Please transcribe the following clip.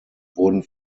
wurden